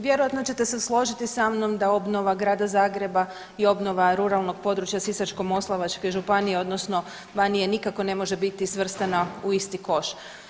Vjerojatno ćete se složiti sa mnom da obnova Grada Zagreba i obnova ruralnog prostora Sisačko-moslavačke Županije, odnosno Banije nikako ne može biti svrstana u isti koš.